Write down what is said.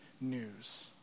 news